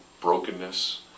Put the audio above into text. brokenness